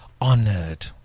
honored